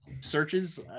searches